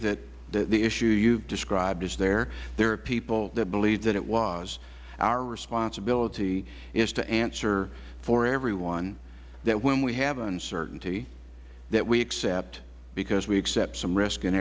agree that the issue you have described is there there are people that believe that it was our responsibility is to answer for everyone that when we have uncertainty that we accept because we accept some risk